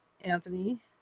Anthony